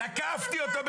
תקפתי אותו,